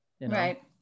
Right